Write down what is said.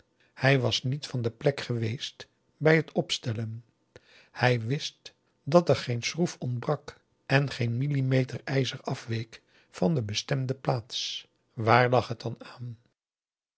hij was niet van de plek geweest bij het opstellen hij wist dat er geen schroef ontbrak en geen millimeter ijzer afweek van de bestemde plaats waar lag het dan aan